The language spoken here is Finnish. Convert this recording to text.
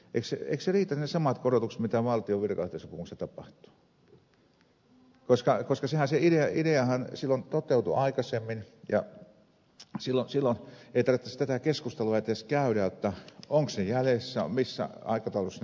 eikö riitä ne samat korotukset mitä valtion virkaehtosopimuksessa tapahtuu koska se ideahan silloin toteutui aikaisemmin ja silloin ei tarvitsisi tätä keskustelua edes käydä ovatko ne jäljessä missä aikataulussa ne kulkevat